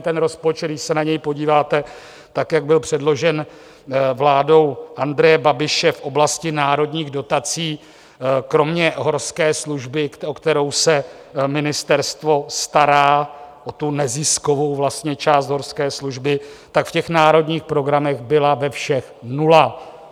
Ten rozpočet, když se na něj podíváte, tak jak byl předložen vládou Andreje Babiše v oblasti národních dotací, kromě horské služby, o kterou se ministerstvo stará, o tu neziskovou část horské služby, tak v těch národních programech byla ve všech nula.